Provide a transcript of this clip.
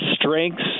strengths